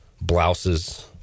blouses